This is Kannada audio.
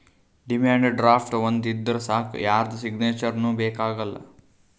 ಡಿಮ್ಯಾಂಡ್ ಡ್ರಾಫ್ಟ್ ಒಂದ್ ಇದ್ದೂರ್ ಸಾಕ್ ಯಾರ್ದು ಸಿಗ್ನೇಚರ್ನೂ ಬೇಕ್ ಆಗಲ್ಲ